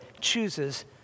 chooses